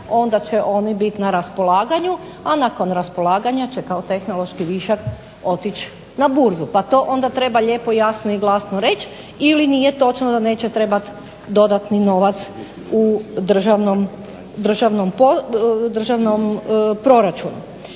onda će oni biti na raspolaganju, a nakon raspolaganja će kao tehnološki višak otići na burzu, pa to onda treba lijepo jasno i glasno reći ili nije točno da neće trebati dodatni novac u državnom proračunu.